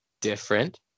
different